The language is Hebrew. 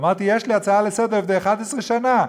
אמרתי: יש לי הצעה לסדר-היום מלפני 11 שנה,